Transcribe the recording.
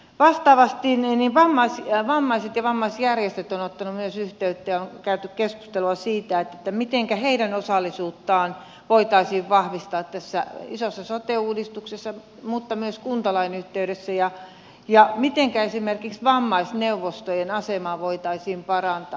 vastaavasti myös vammaiset ja vammaisjärjestöt ovat ottaneet yhteyttä ja on käyty keskustelua siitä mitenkä heidän osallisuuttaan voitaisiin vahvistaa tässä isossa sote uudistuksessa mutta myös kuntalain yhteydessä ja mitenkä esimerkiksi vammaisneuvostojen asemaa voitaisiin parantaa